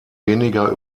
weniger